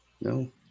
No